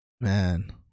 Man